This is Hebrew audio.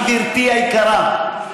גברתי היקרה,